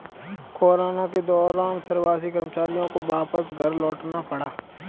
corona के दौरान प्रवासी कर्मचारियों को वापस घर लौटना पड़ा